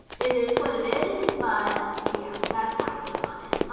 it is what it is, but yeah, that's my take on it.